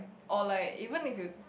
or like even if you